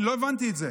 אני לא הבנתי את זה.